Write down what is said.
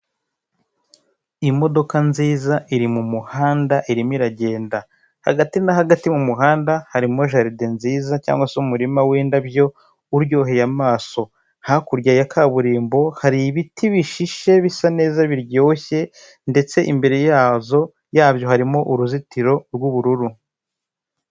Imodoka nziza iri mu muhanda irimo iragenda. Hagati na hagati mu muhanda harimo jaridie nziza cyangwa se umurima w'indabyo, uryoheye amaso. Hakurya ya kaburimbo hari ibiti bishishe bisa neza biryoshye, ndetse imbere yazo yabyo, harimo uruzitiro rw'ubururu.